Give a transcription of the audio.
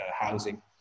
housing